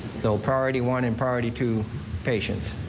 so priority one and priority to patients.